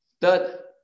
Third